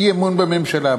אי-אמון בממשלה,